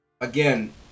Again